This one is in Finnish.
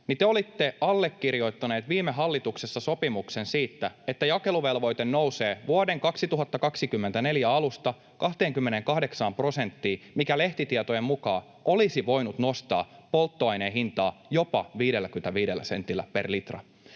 te olitte allekirjoittaneet viime hallituksessa sopimuksen siitä, että jakeluvelvoite nousee vuoden 2024 alusta 28 prosenttiin, mikä lehtitietojen mukaan olisi voinut nostaa polttoaineen hintaa jopa 55 sentillä per litra.